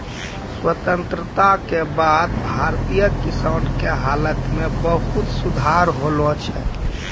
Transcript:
स्वतंत्रता के बाद भारतीय किसान के हालत मॅ बहुत सुधार होलो छै